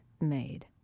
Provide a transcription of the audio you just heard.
made